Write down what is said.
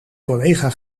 collega